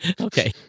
Okay